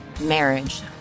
marriage